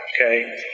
okay